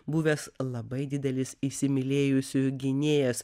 buvęs labai didelis įsimylėjusiųjų gynėjas